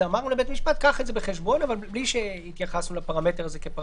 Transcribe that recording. שאנחנו מורידים אותו לתקופה מסוימת לנושא מסוים,